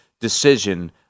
decision